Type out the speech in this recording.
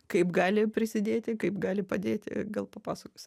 kaip gali prisidėti kaip gali padėti gal papasakosi